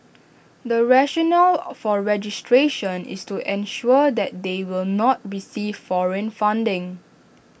the rationale for registration is to ensure that they will not receive foreign funding